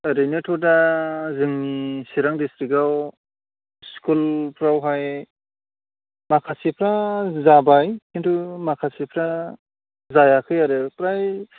ओरैनोथ' दा जोंनि चिरां डिस्ट्रिकआव स्कुलफ्रावहाय माखासेफ्रा जाबाय खिन्थु माखासेफ्रा जायाखै आरो फ्राय